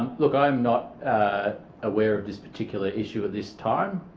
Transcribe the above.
look i am not ah aware of this particular issue at this time.